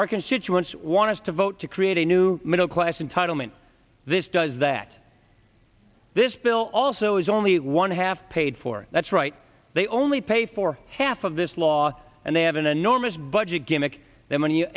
our constituents want to vote to create a new middle class entitlement this does that this bill also is only one half paid for that's right they only pay for half of this law and they have an enormous budget gimmick that when you